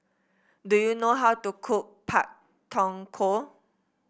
do you know how to cook Pak Thong Ko